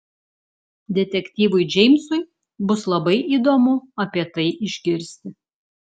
detektyvui džeimsui bus labai įdomu apie tai išgirsti